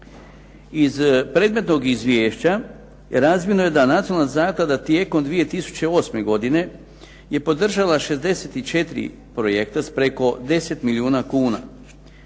Iz predmetnog izvješća razvidno je da nacionalna zaklada tijekom 2008. godine je podržala 64 projekta s preko 10 milijuna kuna.